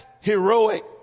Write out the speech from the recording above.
heroic